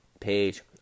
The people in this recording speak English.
page